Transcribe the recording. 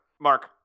Mark